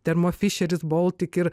termofišeris boltik ir